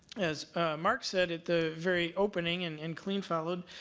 as mark said at the very opening and and colleen followed,